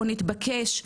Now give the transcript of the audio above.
או נתבקש,